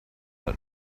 that